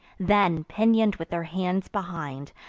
then, pinion'd with their hands behind,